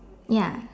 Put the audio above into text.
ya